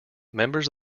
members